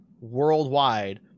worldwide